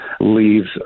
leaves